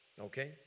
Okay